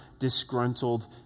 disgruntled